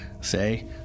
say